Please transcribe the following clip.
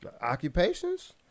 occupations